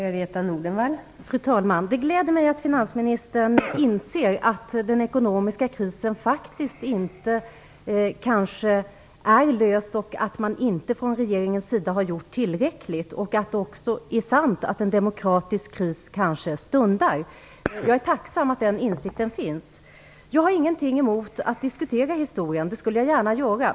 Fru talman! Det gläder mig att finansministern inser att den ekonomiska krisen faktiskt inte är löst, att man från regeringens sida inte har gjort tillräckligt och att det också är sant att en demokratisk kris kanske stundar. Jag är tacksam att den insikten finns. Jag har ingenting emot att diskutera historien. Det skulle jag gärna göra.